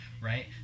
right